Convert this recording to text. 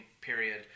period